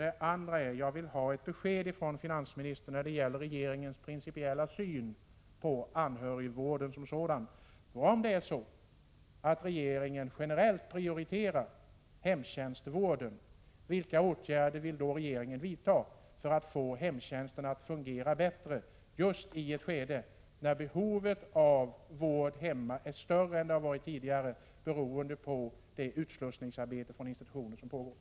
Kan finansministern ge mig ett besked om regeringens principiella syn på anhörigvården som sådan? Om det är så, att regeringen generellt prioriterar hemtjänstvården, vilka åtgärder vill då regeringen vidta för att få hemtjänsten att fungera bättre? Detta gäller just i ett skede där behovet av vård hemma är större än tidigare beroende på det arbete som pågår med en utslussning från institutionerna.